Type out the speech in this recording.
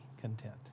content